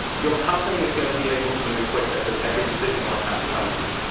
your company is going to be able to move quicker, because every decision won't have to come to you.